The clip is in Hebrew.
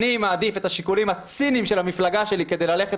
אני מעדיף את השיקולים הציניים של המפלגה שלי כדי ללכת